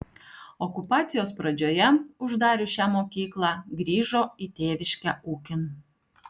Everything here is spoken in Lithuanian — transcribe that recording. okupacijos pradžioje uždarius šią mokyklą grįžo į tėviškę ūkin